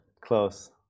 Close